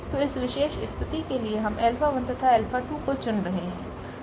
तो इस विशेष स्थिति के लिए हम α1 तथा α2 को 0 चुन रहे हैं